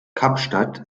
kapstadt